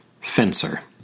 Fencer